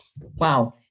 Wow